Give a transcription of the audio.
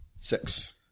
six